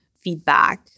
feedback